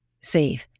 save